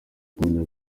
kumenya